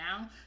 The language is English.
now